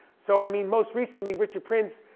so i mean most recently richard prince,